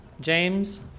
James